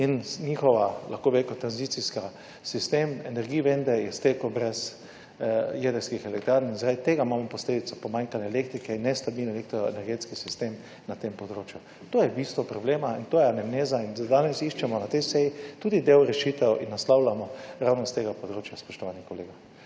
Njihov lahko bi rekel tranzicijski sistem energije, vendarle je iztekel brez jedrskih elektrarn in zaradi tega imamo posledico pomanjkanja elektrike in nestabilni elektroenergetski sistem na tem področju. To je bistvo problema in to je anamneza. Da danes iščemo na tej seji tudi del rešitev in naslavljamo ravno s tega področja, spoštovani kolega.